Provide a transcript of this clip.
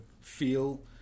feel